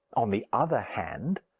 on the other hand,